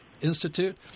Institute